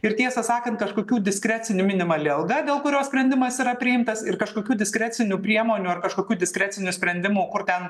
ir tiesą sakant kažkokių diskrecini minimali alga dėl kurios sprendimas yra priimtas ir kažkokių diskrecinių priemonių ar kažkokių diskrecinių sprendimo kur ten